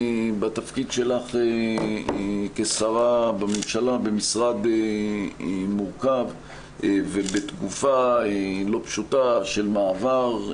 בתפקיד שלך כשרה בממשלה במשרד מורכב ובתקופה לא פשוטה של מעבר.